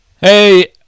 Hey